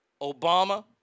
Obama